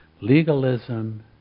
Legalism